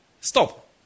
Stop